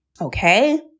Okay